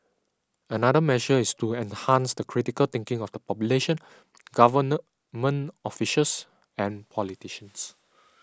another measure is to enhance the critical thinking of the population government officials and politicians